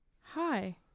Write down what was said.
Hi